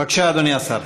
בבקשה, אדוני השר.